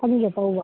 ꯍꯪꯒꯦ ꯇꯧꯕ